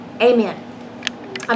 amen